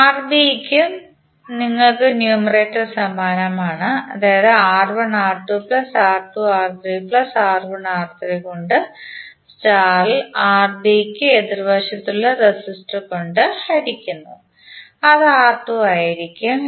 Rb യ്ക്കും നിങ്ങൾക്ക് numerator സമാനമാണ് അതായത് കൊണ്ട് സ്റ്റാർ ഇൽ Rb കു എതിർവശത്തുള്ള റെസിസ്റ്റർ കൊണ്ട് ഹരിക്കുന്നു അത് R2 ആയിരിക്കും